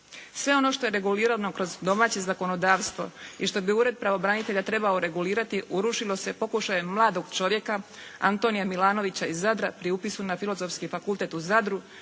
Sve ono što je regulirano kroz domaće zakonodavstvo i što bi Ured pravobranitelja trebao regulirati urušilo se pokušajem mladog čovjeka Antonija Milanovića iz Zadra pri upisu na Filozofski fakultet u Zadru,